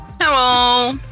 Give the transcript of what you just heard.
Hello